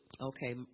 Okay